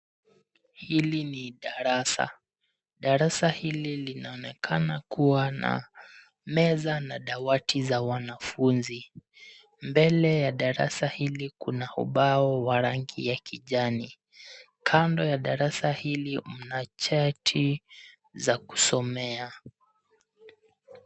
Hili ni darasa. Darasa hili linaonekana kuwa na meza na dawati za wanafunzi . Mbele ya darasa hili kuna ubao wa rangi ya kijani. Kando ya darasa hili mna chati za kusomea.